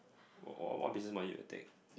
what what what business module you take